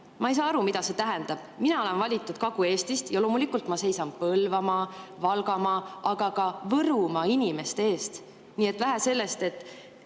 Ma ei saa aru, mida see tähendab. Mina olen valitud Kagu-Eestist ning loomulikult ma seisan Põlvamaa, Valgamaa ja ka Võrumaa inimeste eest. Nii et vähe sellest, et